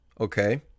Okay